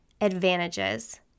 advantages